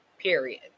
period